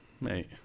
Mate